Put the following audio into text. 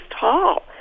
tall